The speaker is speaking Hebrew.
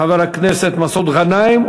חבר הכנסת מסעוד גנאים.